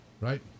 Right